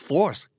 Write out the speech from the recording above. Force